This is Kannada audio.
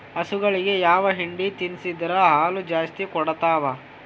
ಹಸುಗಳಿಗೆ ಯಾವ ಹಿಂಡಿ ತಿನ್ಸಿದರ ಹಾಲು ಜಾಸ್ತಿ ಕೊಡತಾವಾ?